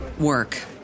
work